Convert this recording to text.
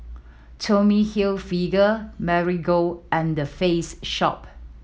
Tommy Hilfiger Marigold and The Face Shop